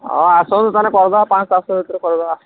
ହଁ ଆସନ୍ତୁ ତା'ହେଲେ କରି ଦେବା ପାଞ୍ଚ ଶହ ସାତ ଶହ ଭିତରେ କରିଦେବା ଆସନ୍ତୁ